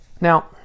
Now